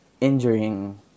injuring